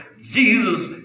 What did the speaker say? Jesus